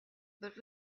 but